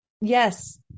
yes